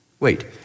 Wait